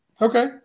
Okay